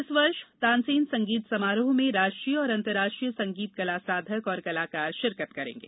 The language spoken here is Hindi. इस वर्ष तानसेन संगीत समारोह में राष्ट्रीय और अंतर्राष्ट्रीय संगीत कला साधक और कलाकार शिरकत करेंगे